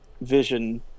vision